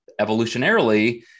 evolutionarily